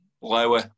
Lower